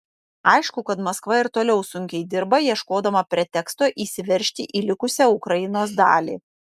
aišku kad maskva ir toliau sunkiai dirba ieškodama preteksto įsiveržti į likusią ukrainos dalį